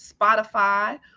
Spotify